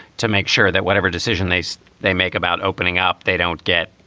to make sure that whatever decision they so they make about opening up, they don't get.